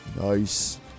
Nice